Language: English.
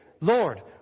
Lord